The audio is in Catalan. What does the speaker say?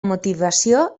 motivació